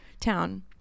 town